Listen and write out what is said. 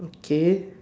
okay